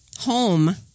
home